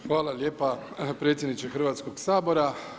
Hvala lijepo predsjedniče Hrvatskog sabora.